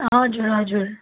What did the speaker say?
हजुर हजुर